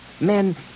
Men